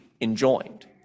enjoined